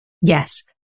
Yes